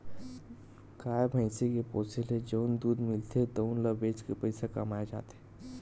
गाय, भइसी के पोसे ले जउन दूद मिलथे तउन ल बेच के पइसा कमाए जाथे